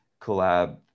collab